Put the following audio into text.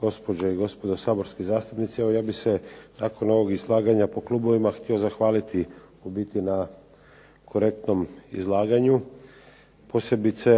gospođe i gospodo saborski zastupnici. Evo ja bih se nakon ovog izlaganja po klubovima htio zahvaliti u biti na korektnom izlaganju. Posebice